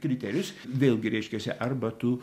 kriterijus vėlgi reiškiasi arba tu